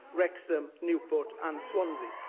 wrexham, newport and swansea.